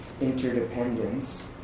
interdependence